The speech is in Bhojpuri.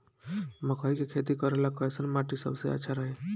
मकई के खेती करेला कैसन माटी सबसे अच्छा रही?